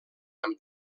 amb